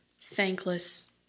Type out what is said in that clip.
thankless